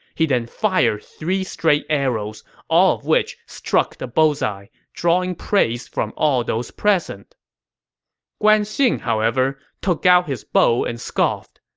he then fired three straight arrows, all of which struck the bullseye, drawing praise from all those present guan xing, however, took out his bow and scoffed,